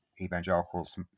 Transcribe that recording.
evangelicals